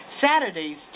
Saturdays